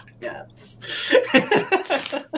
Yes